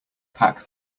pack